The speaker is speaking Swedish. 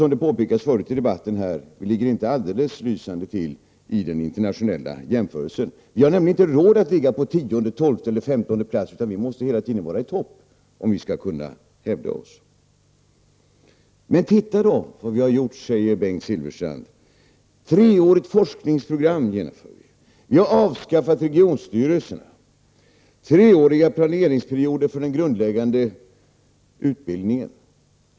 Som har påpekats tidigare i debatten är Sverige inte lysande i internationell jämförelse och har därför inte råd att ligga på tionde, tolfte eller femtonde plats utan måste hela tiden vara i topp för att kunna hävda sig. Men titta då på vad vi har gjort, säger Bengt Silfverstrand. Ett treårigt forskningsprogram har genomförts, regionstyrelserna har avskaffats och treåriga planeringsperioder för den grundläggande utbildningen har införts.